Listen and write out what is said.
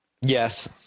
Yes